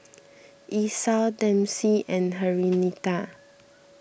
Esau Dempsey and Henrietta